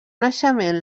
naixement